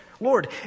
Lord